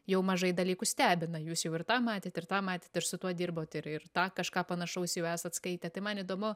jau mažai dalykų stebina jūs jau ir tą matėt ir tą matėt ir su tuo dirbot ir ir tą kažką panašaus jau esat skaitę tai man įdomu